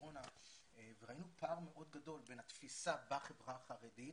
הקורונה וראינו פער מאוד גדול בין התפיסה בחברה החרדית,